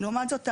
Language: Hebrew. לעומת זאת,